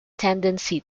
tendency